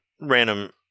random